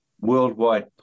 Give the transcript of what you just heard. worldwide